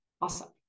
Awesome